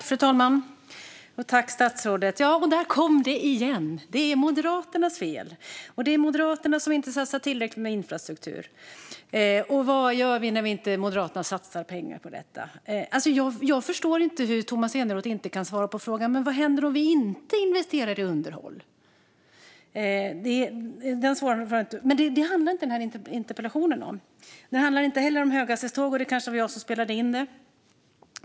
Fru talman! Ja, där kom det igen! Det är Moderaternas fel. Det är Moderaterna som inte satsar tillräckligt på infrastruktur. Och vad gör vi när Moderaterna inte satsar pengar på detta? Jag förstår inte varför Tomas Eneroth inte kan svara på frågan om vad som händer om vi inte investerar i underhåll. Det handlar interpellationen dock inte om. Den handlar heller inte om höghastighetståg, och det var kanske jag som gjorde ett inspel om det.